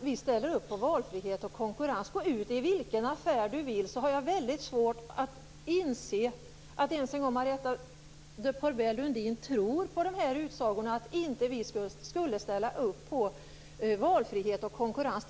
Vi ställer upp på valfriheten och konkurrensen. Det är bara att gå till vilken affär som helst. Jag har väldigt svårt att inse att ens Marietta de Pourbaix-Lundin tror på utsagorna om att vi inte skulle ställa upp på detta med valfrihet och konkurrens.